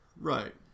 Right